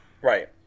Right